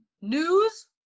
news